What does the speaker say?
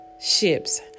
Ships